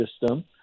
system